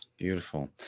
Beautiful